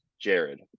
jared